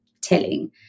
telling